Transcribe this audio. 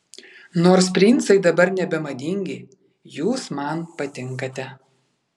nors princai dabar nebemadingi jūs man patinkate